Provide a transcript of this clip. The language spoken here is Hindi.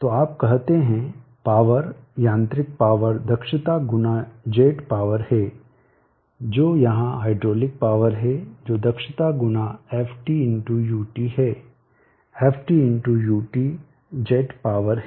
तो आप कहते हैं पॉवर यांत्रिक पावर दक्षता गुना जेट पावर है जो यहां हाइड्रोलिक पावर है जो दक्षता गुना Ft x ut है Ft x ut jet power है